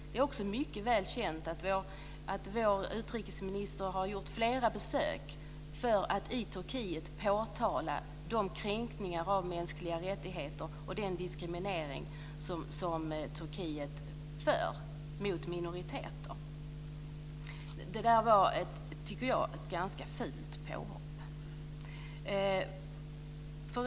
Det är också mycket väl känt att vår utrikesminister har gjort flera besök i Turkiet för att där påtala de kränkningar av mänskliga rättigheter och den diskriminering som förekommer mot minoriteter. Jag tycker att det var ett ganska fult påhopp.